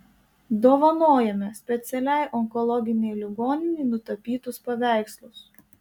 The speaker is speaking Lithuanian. dovanojame specialiai onkologinei ligoninei nutapytus paveikslus